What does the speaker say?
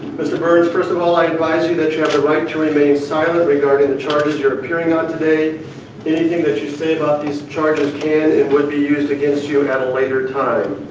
mr. burns, first of all, i advise you that you have the right to remain silent regarding the charges you're appearing on today anything that you say about these charges can and would be used against you and at a later time.